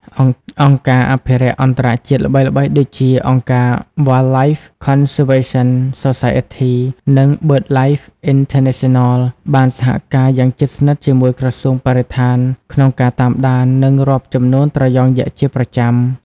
អង្គការអភិរក្សអន្តរជាតិល្បីៗដូចជា អង្គការ Wildlife Conservation Society និង BirdLife International បានសហការយ៉ាងជិតស្និទ្ធជាមួយ ក្រសួងបរិស្ថាន ក្នុងការតាមដាន និងរាប់ចំនួនត្រយងយក្សជាប្រចាំ។